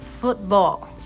football